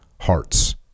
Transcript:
hearts